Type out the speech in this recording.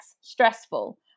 stressful